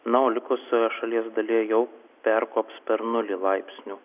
na o likusioje šalies dalyje jau perkops per nulį laipsnių